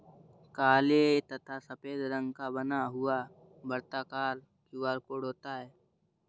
काले तथा सफेद रंग का बना हुआ वर्ताकार क्यू.आर कोड होता है